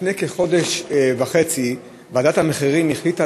לפני כחודש וחצי ועדת המחירים החליטה